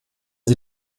sie